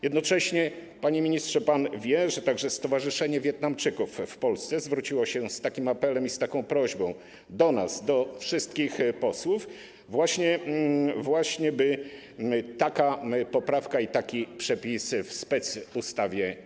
Jednocześnie, panie ministrze, pan wie, że także Stowarzyszenie Wietnamczyków w Polsce zwróciło się z takim apelem i z taką prośbą do nas, do wszystkich posłów, by taka poprawka, by taki przepis znalazł się w specustawie.